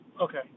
Okay